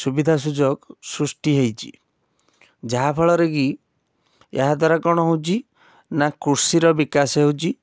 ସୁବିଧା ସୁଯୋଗ ସୃଷ୍ଟି ହେଇଛି ଯାହାଫଳରେ କି ଏହା ଦ୍ୱାରା କ'ଣ ହେଉଛି ନା କୃଷିର ବିକାଶ ହେଉଛି